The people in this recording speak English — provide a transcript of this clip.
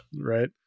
Right